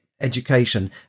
education